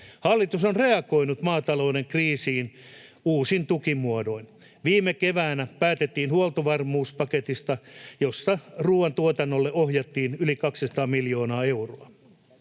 Hallitus on reagoinut maatalouden kriisiin uusin tukimuodoin. Viime keväänä päätettiin huoltovarmuuspaketista, josta ruuantuotannolle ohjattiin yli 200 miljoonaa euroa.